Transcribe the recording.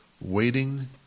waiting